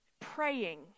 praying